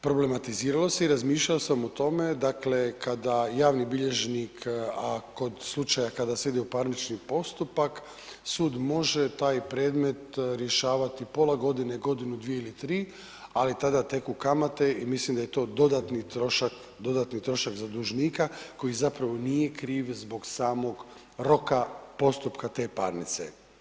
Problematiziralo se i razmišljao sam o tome, dakle, kada javni bilježnik, a kod slučaja kada se ide u parnični postupak, sud može taj predmet rješavati pola godine, godinu, 2 ili 3, ali tada teku kamate i mislim da je to dodatni trošak za dužnika koji zapravo nije kriv zbog samog roka postupka te parnice.